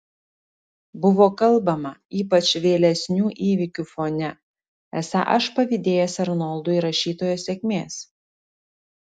buvo kalbama ypač vėlesnių įvykių fone esą aš pavydėjęs arnoldui rašytojo sėkmės